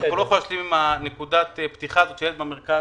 אנחנו לא יכולים להשלים עם נקודת פתיחה שילד שגר במרכז,